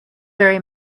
very